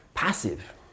Passive